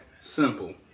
Simple